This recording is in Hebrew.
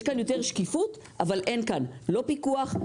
יש כאן יותר שקיפות אבל אין כאן לא פיקוח,